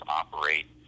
operate